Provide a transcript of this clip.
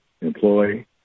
employee